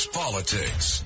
politics